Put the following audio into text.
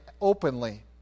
openly